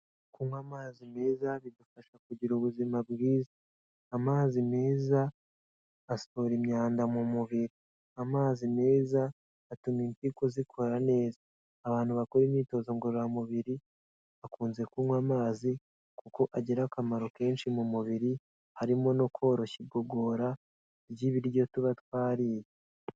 Kunywa amazi meza bidufasha kugira ubuzima bwiza, amazi meza asohora imyanda mu mubiri, amazi meza atuma impyiko zikora neza. Abantu bakora imyitozo ngororamubiri bakunze kunywa amazi kuko agira akamaro kenshi mu mubiri harimo no koroshya igogora ry'ibiryo tuba twariye.